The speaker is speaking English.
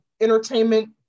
entertainment